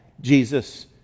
Jesus